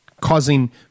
causing